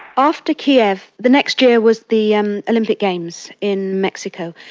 after kiev, the next year was the and olympic games in mexico,